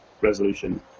resolution